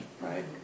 right